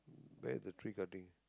where the tree cutting